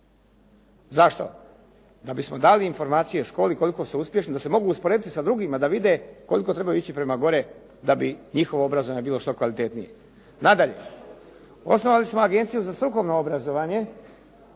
Zašto? Da bismo dali informacije školi koliko su uspješni, da se mogu usporediti sa drugima, da vide koliko trebaju ići prema gore da bi njihovo obrazovanje bilo što kvalitetnije. Nadalje, osnovali smo Agenciju za strukovno obrazovanje,